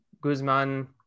Guzman